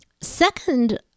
second